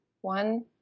One